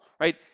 right